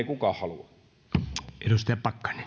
kukaan halua arvoisa